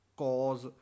cause